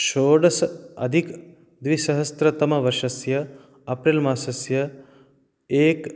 षोडस अधिक द्विसहस्त्रतमवर्षस्य अप्रिल् मासस्य एक्